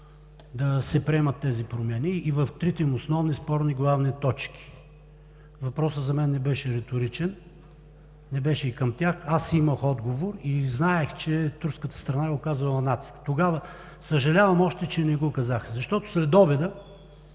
да се приемат тези промени и в трите им основни спорни главни точки. Въпросът за мен не беше реторичен, не беше и към тях. Аз имах отговор и знаех, че турската страна е оказала натиск. Още съжалявам, че тогава не го казах, защото следобеда